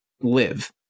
live